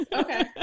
Okay